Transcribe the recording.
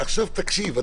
עכשיו תקשיב,